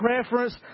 preference